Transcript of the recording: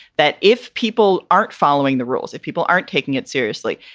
that if people aren't following the rules. if people aren't taking it seriously.